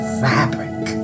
fabric